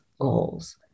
goals